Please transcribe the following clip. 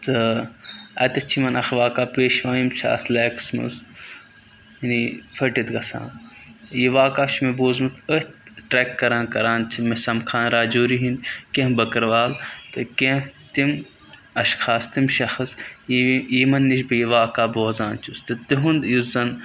تہٕ اَتٮ۪تھ چھِ یِمَن اَکھ واقع پیش یِوان یِم چھِ اَتھ لیکَس منٛز یعنی پھٔٹِتھ گژھان یہِ واقع چھُ مےٚ بوٗزمُت أتھۍ ٹریک کَران کَران چھِ مےٚ سَمکھان راجوری ہِنٛدۍ کینٛہہ بکٕروال تہٕ کینٛہہ تِم اَشخاص تِم شَخص یہِ یِمَن نِش بہٕ یہِ واقع بوزان چھُس تہٕ تِہُنٛد یُس زَن